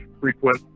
frequent